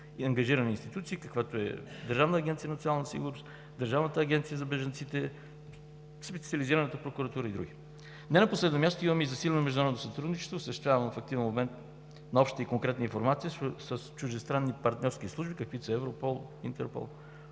институции, каквито са Държавната агенция „Национална сигурност“, Държавната агенция за бежанците, специализираната прокуратура и други. Не на последно място, имаме и засилено международно сътрудничество, осъществявано в един момент на обща и конкретна информация с чуждестранни партньорски служби, каквито са „Европол“ и „Интерпол“,